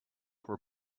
were